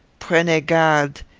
prenez garde!